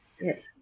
Yes